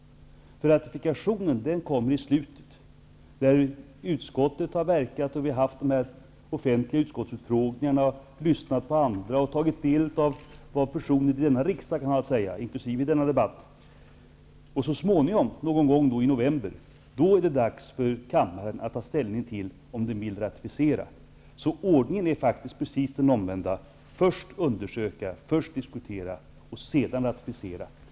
Ratifikationen kommer i slutet efter det att vi har verkat i utskottet, haft offentliga utskottsutfrågningar, lyssnat på andra och tagit del av vad personer i denna riksdag har att säga -- inkl. i denna debatt. Så småningom, någon gång i november, är det dags för kammaren att ta ställning till om det skall bli någon ratificering. Ordningen är faktiskt precis den omvända, nämligen att först undersöka och diskutera och sedan ratificera.